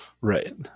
Right